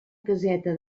caseta